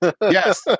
yes